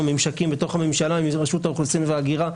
ממשקים בתוך הממשלה עם רשות האוכלוסין וההגירה.